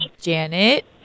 Janet